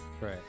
right